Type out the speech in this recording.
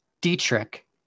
dietrich